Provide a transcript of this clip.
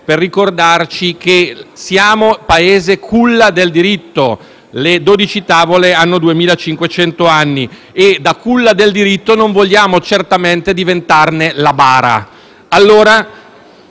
per ricordarci che siamo il Paese culla del diritto (le 12 tavole hanno 2.500 anni); e, da culla del diritto, non vogliamo certamente diventarne la bara.